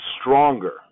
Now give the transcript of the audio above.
stronger